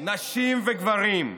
נשים וגברים,